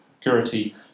security